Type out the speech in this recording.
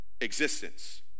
Existence